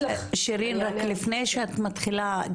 רק לפני שאת מתחילה,